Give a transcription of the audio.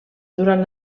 durant